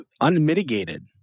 unmitigated